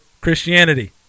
Christianity